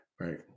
right